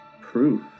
proof